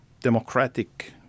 democratic